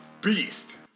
Beast